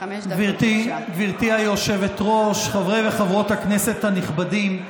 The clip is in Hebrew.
גברתי היושבת-ראש, חברי וחברות הכנסת הנכבדים,